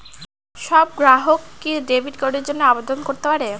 সব গ্রাহকই কি ডেবিট কার্ডের জন্য আবেদন করতে পারে?